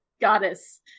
goddess